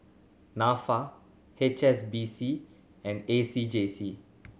Nafa H S B C and A C J C